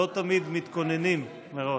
לא תמיד מתכוננים מראש.